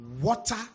water